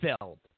filled